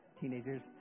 Teenagers